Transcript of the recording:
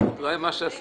הישיבה ננעלה בשעה